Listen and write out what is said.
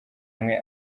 umwe